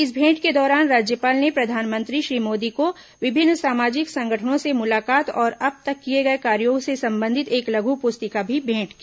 इस भेंट के दौरान राज्यपाल ने प्रधानमंत्री श्री मोदी को विभिन्न सामाजिक संगठनों से मुलाकात और अब तक किए गए कार्यों से संबंधित एक लघु पुस्तिका भी भेंट की